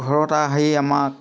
ঘৰত আহি আমাক